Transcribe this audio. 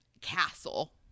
castle